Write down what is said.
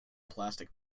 plastic